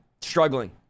struggling